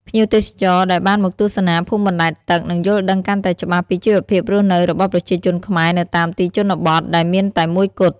ភ្ញៀវទេសចរណ៍ដែលបានមកទស្សនាភូមិបណ្ដែតទឹកនឹងយល់ដឹងកាន់តែច្បាស់ពីជីវភាពរស់នៅរបស់ប្រជាជនខ្មែរនៅតាមទីជនបទដែលមានតែមួយគត់។